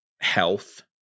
health